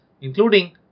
including